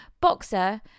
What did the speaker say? Boxer